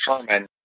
determine